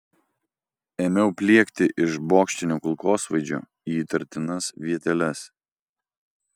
ėmiau pliekti iš bokštinio kulkosvaidžio į įtartinas vieteles